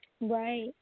Right